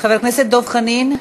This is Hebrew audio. חבר הכנסת דב חנין.